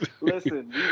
listen